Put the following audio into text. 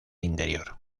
interior